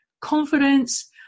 confidence